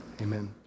amen